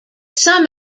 some